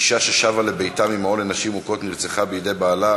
אישה ששבה לביתה ממעון לנשים מוכות נרצחה בידי בעלה,